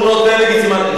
הוא נותן לגיטימציה.